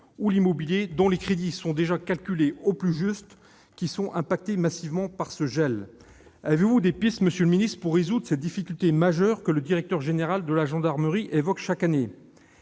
et l'immobilier, dont les crédits sont déjà calculés au plus juste, qui sont affectés massivement par ce gel. Avez-vous des pistes, monsieur le ministre, pour résoudre cette difficulté majeure que le directeur général de la gendarmerie évoque chaque année ?